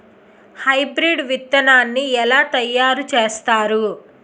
Hybrid విత్తనాన్ని ఏలా తయారు చేస్తారు?